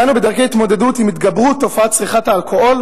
דנו בדרכי התמודדות עם התגברות תופעת צריכת האלכוהול